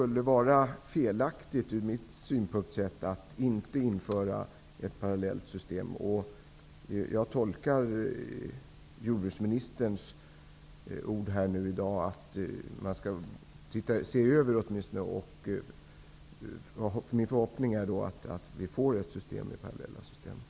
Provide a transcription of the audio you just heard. Jag anser att det skulle vara felaktigt att inte införa ett parallellt system. Miljöministern säger att man skall se över detta. Det är min förhoppning att vi får parallella system.